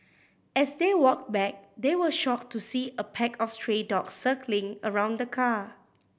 as they walked back they were shocked to see a pack of stray dogs circling around the car